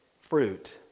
fruit